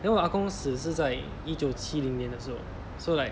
then 我阿公死是在一九七零年的时候 so like